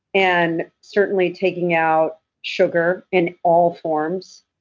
and certainly taking out sugar in all forms.